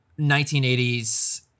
1980s